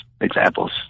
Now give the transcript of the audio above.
examples